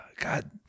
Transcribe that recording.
God